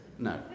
No